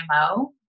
IMO